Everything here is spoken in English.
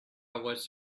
was